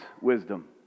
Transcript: wisdom